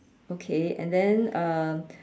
okay and then um